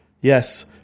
yes